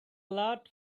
lot